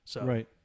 Right